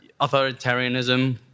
authoritarianism